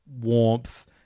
warmth